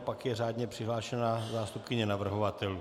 Pak je řádně přihlášená zástupkyně navrhovatelů.